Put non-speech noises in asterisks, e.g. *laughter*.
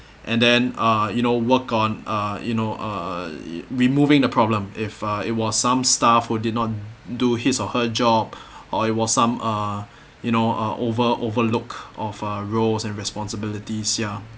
and then uh you know work on uh you know uh removing the problem if uh it was some staff who did not do his or her job *breath* or it was some uh you know uh over overlook of uh roles and responsibilities ya